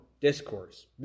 Discourse